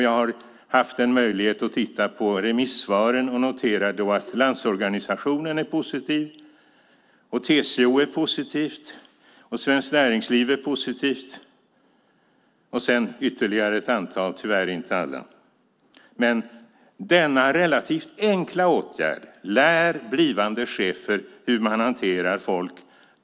Jag har haft möjlighet att titta på remissvaren och noterar att Landsorganisationen, TCO, Svenskt näringsliv och ytterligare ett antal är positiva, tyvärr inte alla. Detta är en relativt enkel åtgärd. Lär blivande chefer hur man hanterar folk!